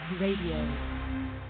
Radio